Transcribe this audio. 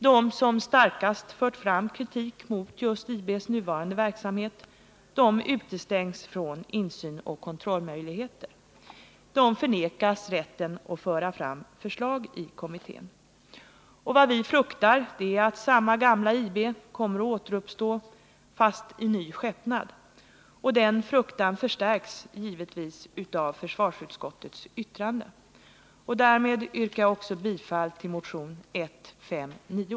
De som starkast har fört fram kritik mot just IB:s nuvarande verksamhet utestängs från insyn och kontrollmöjligheter. De förnekas rätten att föra fram förslag i kommittén. Vad vi fruktar är att samma gamla IB kommer att återuppstå fast i ny skepnad. Och den fruktan förstärks givetvis av försvarsutskottets yttrande. Därmed yrkar jag också bifall till motion 159.